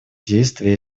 действия